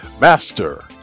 Master